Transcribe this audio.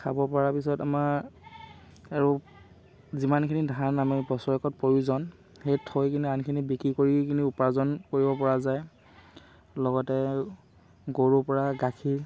খাব পৰা পিছত আমাৰ আৰু যিমানখিনি ধান আমি বছৰেকত প্ৰয়োজন সেই থৈ কিনি আনখিনি বিক্ৰী কৰি কিনি উপাৰ্জন কৰিব পৰা যায় লগতে গৰুৰ পৰা গাখীৰ